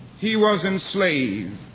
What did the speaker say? he was enslaved.